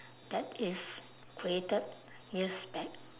that is created years back